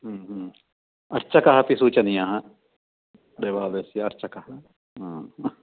अर्चकः अपि सूचनीयाः देवालयस्य अर्चकः